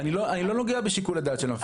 אני לא נוגע בשיקול הדעת של המפקד.